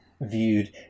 viewed